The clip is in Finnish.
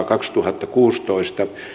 kaksituhattakuusitoista